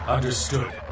Understood